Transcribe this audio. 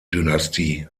dynastie